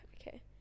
Okay